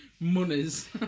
monies